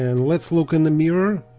and let's look in the mirror